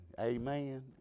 amen